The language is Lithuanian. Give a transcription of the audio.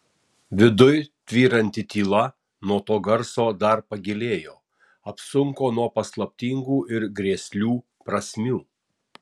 viduj tvyranti tyla nuo to garso dar pagilėjo apsunko nuo paslaptingų ir grėslių prasmių